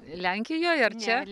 lenkijoj ar čia